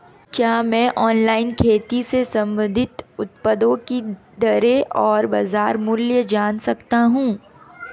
क्या मैं ऑनलाइन खेती से संबंधित उत्पादों की दरें और बाज़ार मूल्य जान सकता हूँ?